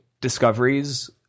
discoveries